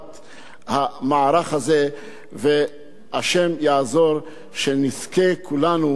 והשם יעזור שנזכה כולנו להאיר את האור בבית-המקדש,